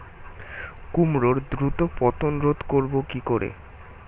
কুমড়োর দ্রুত পতন রোধ করব কি করে?